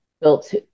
built